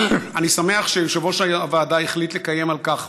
אני שמח שיושב-ראש הוועדה החליט לקיים על כך